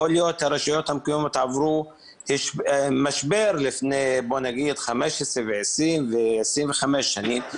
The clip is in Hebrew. יכול להיות שהרשויות המקומיות עברו משבר לפני 15 ו-20 ו-25 שנים.